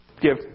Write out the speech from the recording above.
give